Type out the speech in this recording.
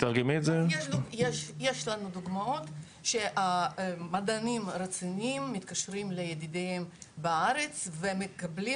יש לנו דוגמאות שהמדענים הרציניים מתקשרים לידידיהם בארץ ומקבלים